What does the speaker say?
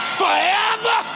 forever